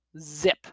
zip